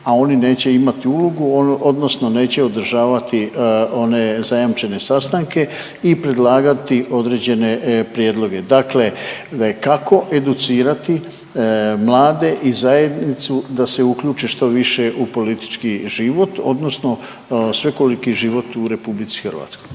a oni neće imati ulogu odnosno neće održavati one zajamčene sastanke i predlagati određene prijedloge. Dakle, dakako educirati mlade i zajednicu da se uključe što više u politički život odnosno svekoliki život u RH.